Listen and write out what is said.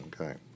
Okay